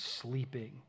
sleeping